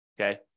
Okay